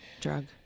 drug